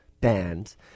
bands